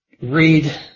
read